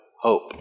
hope